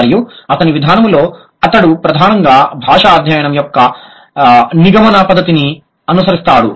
మరియు అతని విధానంలో అతడు ప్రధానంగా భాషా అధ్యయనం యొక్క నిగమన పద్ధతిని అనుసరిస్తాడు